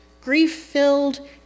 grief-filled